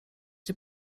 nie